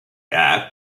act